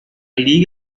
liga